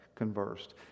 Conversed